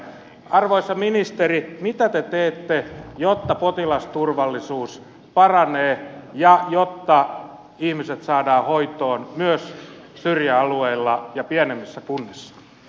arvoisa ministeri mitä te teette jotta potilasturvallisuus paranee ja jotta ihmiset saadaan hoitoon myös syrjäalueilla ja pienemmissä kunnissa